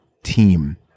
team